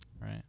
right